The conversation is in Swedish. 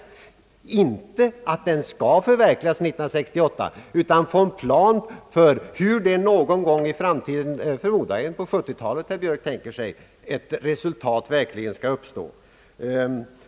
Det är inte fråga om att regeln skall förverkligas 1968, utan man vill ha en plan för hur målet skall nås någon gång i framtiden — jag förmodar att herr Björk i det fallet är inne på 1970-talet.